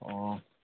ꯑꯣ